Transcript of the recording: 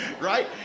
Right